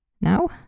Now